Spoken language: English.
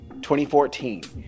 2014